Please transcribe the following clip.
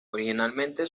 originalmente